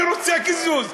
אני רוצה קיזוז.